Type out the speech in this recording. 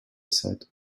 said